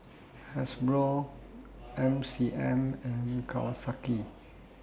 Hasbro M C M and Kawasaki